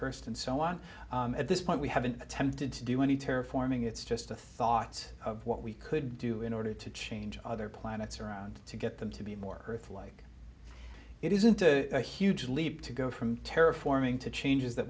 first and so on at this point we haven't attempted to do any terra forming it's just the thoughts of what we could do in order to change other planets around to get them to be more earth like it isn't a huge leap to go from terra forming to changes that